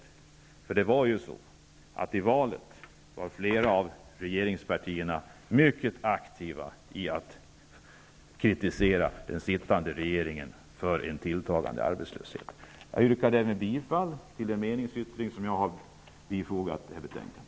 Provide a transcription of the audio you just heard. I valrörelsen var nämligen flera av de nuvarande regeringspartierna mycket aktiva när det gällde att kritisera den sittande regeringen för en tilltagande arbetslöshet. Jag yrkar bifall till den meningsyttring som jag har fogat till betänkandet.